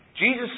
Jesus